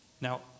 Now